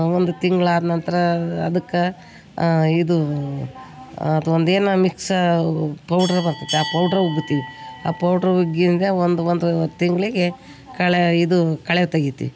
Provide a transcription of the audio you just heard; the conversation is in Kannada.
ಒಂದು ತಿಂಗ್ಳು ಆದ ನಂತರ ಅದಕ್ಕೆ ಇದು ಅದೊಂದು ಏನು ಮಿಕ್ಸ್ ಪೌಡ್ರ್ ಬರ್ತತೇ ಆ ಪೌಡ್ರ್ ಉಗ್ತಿವಿ ಆ ಪೌಡ್ರು ಉಗ್ಗಿಂದೇ ಒಂದು ಒಂದು ತಿಂಗಳಿಗೆ ಕಳೆ ಇದು ಕಳೆ ತೆಗಿತೀವಿ